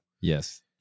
Yes